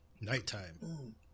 Nighttime